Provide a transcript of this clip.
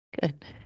Good